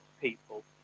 people